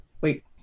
Wait